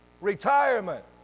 retirement